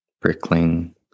prickling